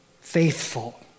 faithful